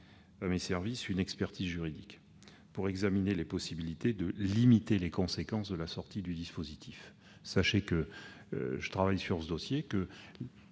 à mes services une expertise juridique afin d'examiner les possibilités de limiter les conséquences de la sortie du dispositif. Je travaille sur ce dossier